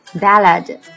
Ballad